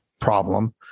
problem